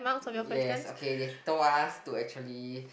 yes okay they told us to actually